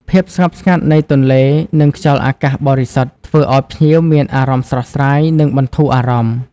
ភាពស្ងប់ស្ងាត់នៃទន្លេ និងខ្យល់អាកាសបរិសុទ្ធ ធ្វើឲ្យភ្ញៀវមានអារម្មណ៍ស្រស់ស្រាយ និងបន្ធូរអារម្មណ៍។